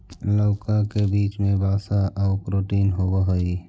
लउका के बीचा में वसा आउ प्रोटीन होब हई